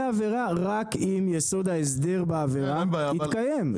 עבירה רק אם יסוד ההסדר בעבירה יתקיים.